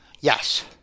Yes